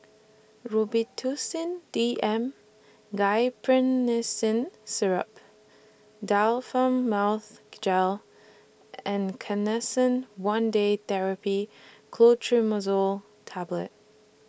Robitussin D M Syrup Difflam Mouth Gel and Canesten one Day Therapy Clotrimazole Tablet